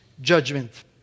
judgment